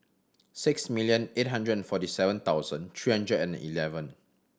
six million eight hundred and forty seven thousand three hundred and eleven